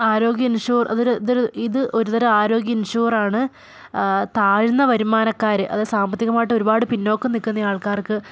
ആരോഗ്യ ഇൻഷൂർ അതൊരു ഇതൊരു ഇത് ഒരുതരം ആരോഗ്യ ഇൻഷൂറ് ആണ് താഴ്ന്ന വരുമാനക്കാർ അത് സാമ്പത്തികമായിട്ട് ഒരുപാട് പിന്നോക്കം നിൽക്കുന്ന ആൾക്കാർക്ക്